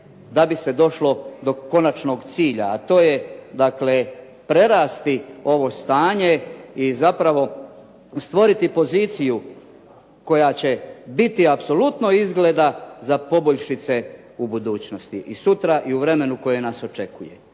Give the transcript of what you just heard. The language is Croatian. da bi se došlo do konačnog cilja, a to je dakle prerasti ovo stanje i zapravo stvoriti poziciju koja će biti apsolutno izgledna za poboljšice u budućnosti i sutra i u vremenu koje nas očekuje.